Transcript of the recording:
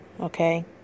Okay